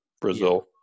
Brazil